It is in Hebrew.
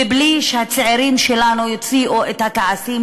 מבלי שהצעירים שלנו יוציאו את הכעסים